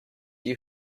you